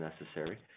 necessary